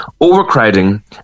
overcrowding